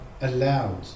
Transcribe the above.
allowed